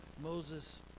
Moses